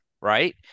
right